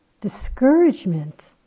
discouragement